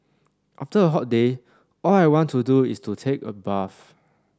after a hot day all I want to do is to take a bath